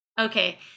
Okay